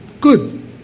good